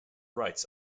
rights